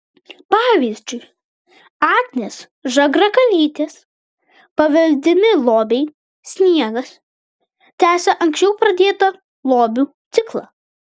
pavyzdžiui agnės žagrakalytės paveldimi lobiai sniegas tęsia anksčiau pradėtą lobių ciklą